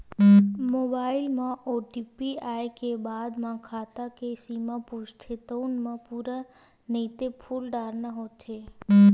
mobile म OTP आए के बाद म खाता के सीमा पूछथे तउन म पूरा नइते फूल डारना होथे